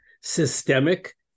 systemic